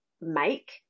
make